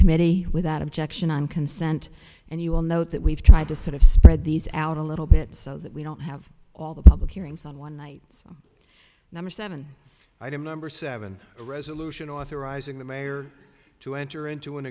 committee without objection on consent and you will note that we've tried to sort of spread these out a little bit so that we don't have all the hearings on one night's number seven item number seven a resolution authorizing the mayor to enter into an